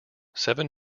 seven